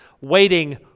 waiting